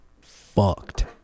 fucked